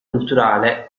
culturale